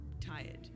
tired